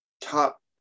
top